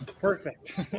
perfect